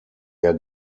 der